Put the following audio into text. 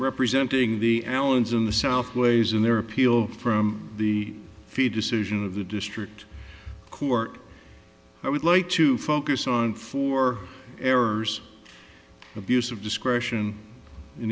representing the allens in the south ways and their appeal from the fee decision of the district court i would like to focus on for errors abuse of discretion in